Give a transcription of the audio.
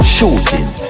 Shooting